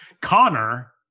Connor